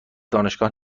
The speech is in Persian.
دانشگاه